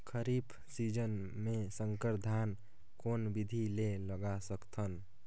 खरीफ season मे संकर धान कोन विधि ले लगा सकथन?